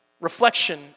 reflection